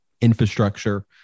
Infrastructure